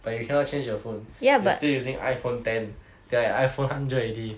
but you cannot change your phone you are still using iphone ten they are at iphone hundred already